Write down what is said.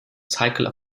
cycles